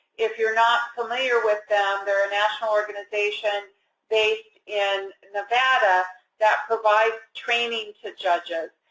if you're not familiar with them, they're a national organization based in nevada that provides training to judges.